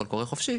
קול קורא חופשי,